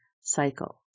cycle